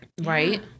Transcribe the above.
Right